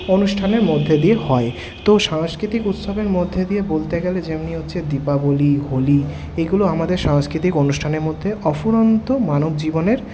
অনুষ্ঠানের মধ্য দিয়ে হয় তো সাংস্কৃতিক উৎসবের মধ্যে দিয়ে বলতে গেলে যেমনি হচ্ছে দীপাবলি হোলি এগুলো আমাদের সাংস্কৃতিক অনুষ্ঠানের মধ্যে অফুরন্ত মানব জীবনের